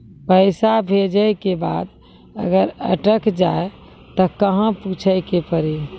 पैसा भेजै के बाद अगर अटक जाए ता कहां पूछे के पड़ी?